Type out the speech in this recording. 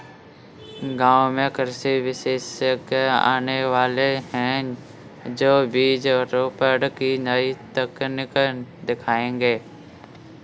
गांव में कृषि विशेषज्ञ आने वाले है, जो बीज रोपण की नई तकनीक सिखाएंगे